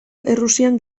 errusian